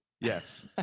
Yes